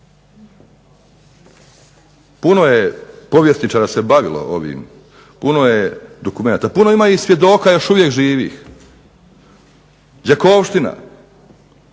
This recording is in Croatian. Puno je povjesničara se bavilo ovim, puno je dokumenata, puno ima i svjedoka još uvijek živih, đakovština,